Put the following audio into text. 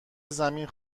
زمین